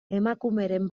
emakumeren